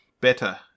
better